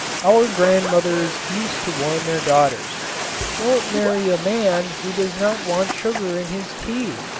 our grandmothers used to warn their daughters don't marry a man who does not want sugar in his tea.